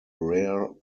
rare